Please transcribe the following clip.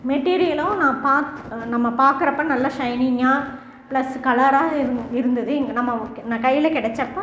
மெட்டீரியலும் நான் பாக் நம்ம பார்க்குறப்ப நல்ல ஷைனிங்காக ப்ளஸ் கலராக இரு இருந்தது நம்ம கையில் கிடச்சப்ப